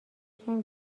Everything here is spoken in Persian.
یکم